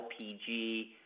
LPG